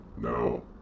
No